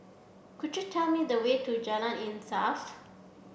could you tell me the way to Jalan Insaf